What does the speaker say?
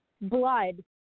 blood